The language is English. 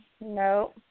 no